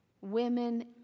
women